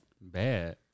bad